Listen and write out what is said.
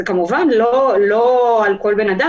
כמובן שזה לא נעשה עם כל בן אדם,